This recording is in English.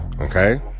okay